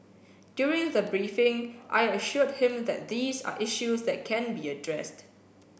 during the briefing I assured him that these are issues that can be addressed